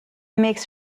makes